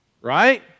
right